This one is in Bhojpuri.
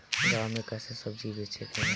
गांव से कैसे सब्जी बेचे के बा?